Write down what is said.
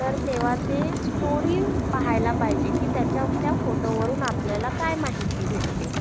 तर तेव्हा ते स्टोरी पहायला पाहिजे की त्याच्या त्या फोटोवरून आपल्याला काय माहिती भेटते